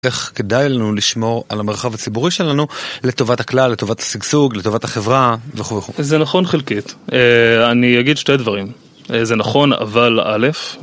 איך כדאי לנו לשמור על המרחב הציבורי שלנו לטובת הכלל, לטובת השגשוג, לטובת החברה וכו' וכו'. זה נכון חלקית. אני אגיד שתי דברים. זה נכון אבל א',